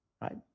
right